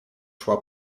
szła